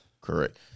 Correct